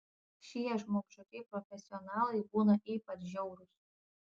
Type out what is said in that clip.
šie žmogžudžiai profesionalai būna ypač žiaurūs